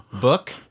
book